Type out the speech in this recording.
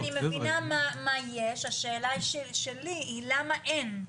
אני מבינה מה שישי השאלה שלי היא למה אין?